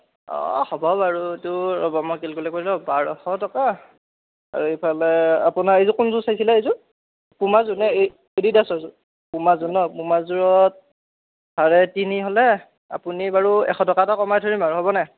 অঁ হ'ব বাৰু এইটো ৰ'ব মই কেলকুলেট কৰি লওঁ বাৰশ টকা আৰু এইফালে আপোনাৰ এইযোৰ কোনযোৰ চাইছিলে এইযোৰ পুমাযোৰ নে এই এডিডাছৰযোৰ পুমাযোৰ ন পুমাযোৰত চাৰে তিনি হ'লে আপুনি বাৰু এশ টকা এটা কমাই ধৰিম বাৰু হ'ব নাই